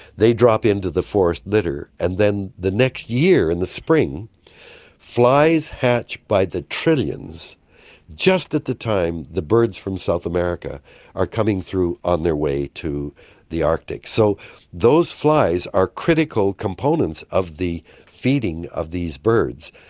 they drop into the forest litter and then the next year in the spring flies hatch by the trillions just at the time the birds from south america are coming through on their way to the arctic. so those flies are critical components of the feeding of these birds,